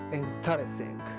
interesting